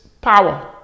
power